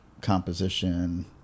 composition